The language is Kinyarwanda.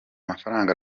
mafaranga